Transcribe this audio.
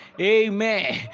Amen